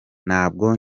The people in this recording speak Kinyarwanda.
ntabwo